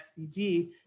SDG